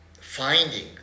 finding